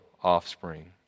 offspring